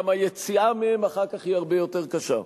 גם היציאה מהם אחר כך היא הרבה יותר קשה,